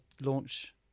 launch